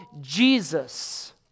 Jesus